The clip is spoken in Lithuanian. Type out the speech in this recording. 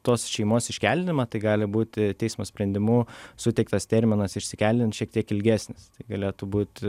tos šeimos iškeldinimą tai gali būti teismo sprendimu suteiktas terminas išsikeldint šiek tiek ilgesnis galėtų būt